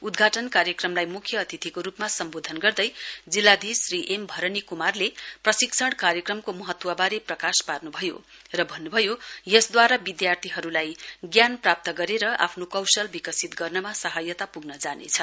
उद्घाटन कार्यक्रमलाई मुख्य अतिथिको रुपमा सम्बोधन गर्दै जिल्लाधीश श्री एमभरनी कुमारले प्रशिक्षण कार्यक्रमको महत्वबारे प्रकाश पार्नभयो र भन्न्भयो यसदूवारा विद्यार्थीहरुलाई ज्ञान प्राप्त गरेर आफ्नो कोशल विकसित गर्नमा सहायता पुग्न जानेछ